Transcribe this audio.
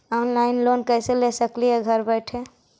Online loan कैसे ले सकली हे घर बैठे?